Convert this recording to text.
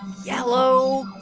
yellow,